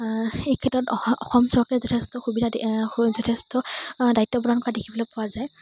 এই ক্ষেত্ৰত অসম চৰকাৰে যথেষ্ট সুবিধা যথেষ্ট দায়িত্ব প্ৰদান কৰা দেখিবলৈ পোৱা যায়